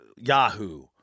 Yahoo